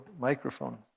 microphone